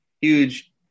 huge